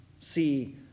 See